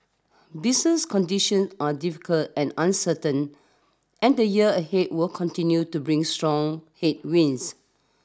business condition are difficult and uncertain and the year ahead will continue to bring strong headwinds